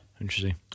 Interesting